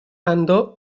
andò